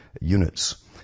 units